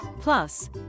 Plus